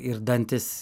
ir dantys